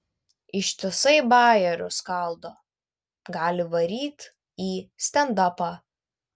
ištisai bajerius skaldo gali varyt į stendapą